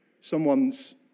someone's